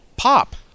Pop